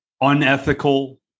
unethical